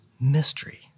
mystery